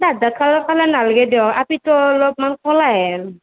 ডাঠ ডাঠ কালাৰ নালগে দিয়ক আপিটো অলপমান ক'লা হেন